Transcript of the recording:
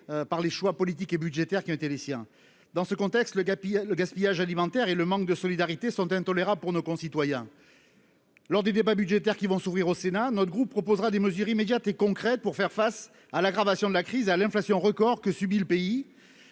par les choix politiques et budgétaires qui ont été les siens dans ce contexte, le gap, le gaspillage alimentaire et le manque de solidarité sont intolérables pour nos concitoyens, lors du débat budgétaire qui vont s'ouvrir au Sénat, notre groupe proposera des mesures immédiates et concrètes pour faire face à l'aggravation de la crise à l'inflation record que subit le pays